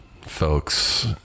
Folks